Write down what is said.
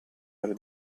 far